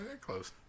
Close